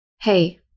Hey